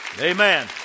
Amen